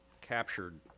captured